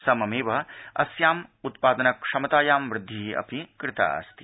सममेव अस्याम् उत्पादनक्षमतायां वृद्धि अपि कृता अस्ति